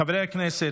חברי הכנסת,